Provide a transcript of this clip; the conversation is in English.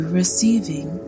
receiving